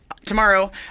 Tomorrow